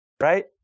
right